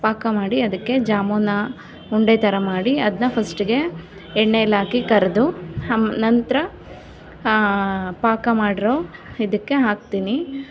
ಪಾಕ ಮಾಡಿ ಅದಕ್ಕೆ ಜಾಮೂನನ್ನ ಉಂಡೆ ಥರ ಮಾಡಿ ಅದನ್ನ ಫಸ್ಟಿಗೆ ಎಣ್ಣೆಲಿ ಹಾಕಿ ಕರೆದು ನಂತರ ಪಾಕ ಮಾಡ್ರೋ ಇದಕ್ಕೆ ಹಾಕ್ತೀನಿ